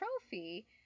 trophy